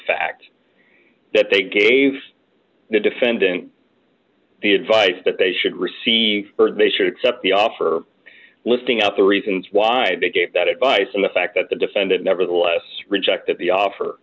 fact that they gave the defendant the advice that they should receive accept the offer listing out the reasons why they gave that advice and the fact that the defendant nevertheless rejected the offer